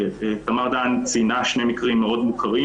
תמר דהאן ציינה שני מקרים מאוד מוכרים,